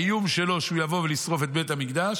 האיום שלו שהוא יבוא לשרוף את בית המקדש.